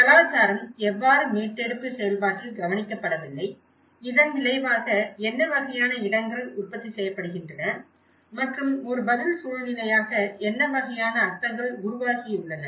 கலாச்சாரம் எவ்வாறு மீட்டெடுப்பு செயல்பாட்டில் கவனிக்கப்படவில்லை இதன் விளைவாக என்ன வகையான இடங்கள் உற்பத்தி செய்யப்படுகின்றன மற்றும் ஒரு பதில் சூழ்நிலையாக என்ன வகையான அர்த்தங்கள் உருவாகியுள்ளன